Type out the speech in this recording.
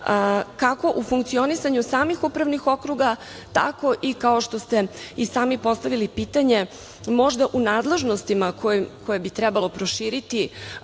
kako u funkcionisanju samih upravnih okruga, tako i kao što ste i sami postavili pitanje možda u nadležnostima koje bi trebalo proširiti